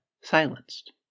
silenced